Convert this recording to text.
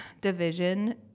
division